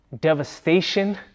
Devastation